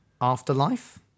Afterlife